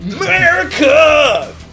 America